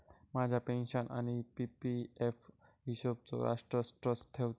माझ्या पेन्शन आणि P P F हिशोबचो राष्ट्र ट्रस्ट ठेवता